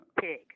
pig